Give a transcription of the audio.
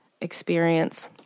experience